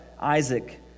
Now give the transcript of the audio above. Isaac